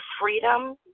freedom